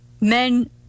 men